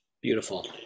Beautiful